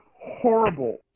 horrible